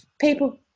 people